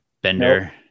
bender